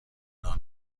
نان